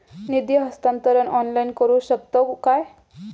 निधी हस्तांतरण ऑनलाइन करू शकतव काय?